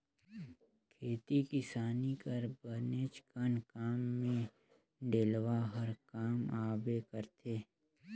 खेती किसानी कर बनेचकन काम मे डेलवा हर काम आबे करथे